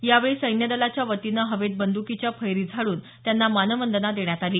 यावेळी सैन्यदलाच्या वतीनं हवेत बंद्कीच्या फैरी झाडून त्यांना मानवंदना देण्यात आली